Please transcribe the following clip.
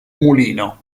mulino